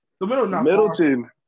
Middleton